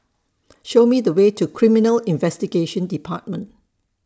Show Me The Way to Criminal Investigation department